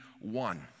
one